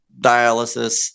dialysis